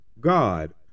God